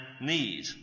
Need